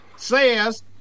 says